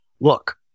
look